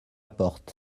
porté